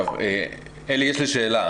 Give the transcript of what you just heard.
עלי, יש לי שאלה.